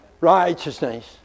righteousness